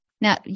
Now